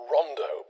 Rondo